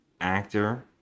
actor